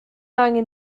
angen